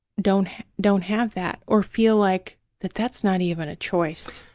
don't don't have that, or feel like that that's not even a choice.